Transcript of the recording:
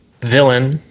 villain